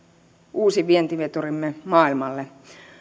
uusi vientiveturimme maailmalle